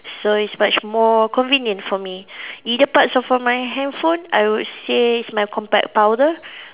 so it's much more convenient for me either parts of my handphone I would say is my compact powder